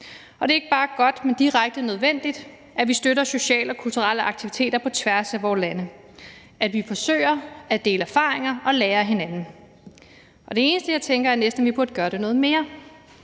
Og det er ikke bare godt, men direkte nødvendigt, at vi støtter sociale og kulturelle aktiviteter på tværs af vore lande, at vi forsøger at dele erfaringer og lære af hinanden. Det eneste, jeg tænker, er næsten, at vi burde gøre det noget mere.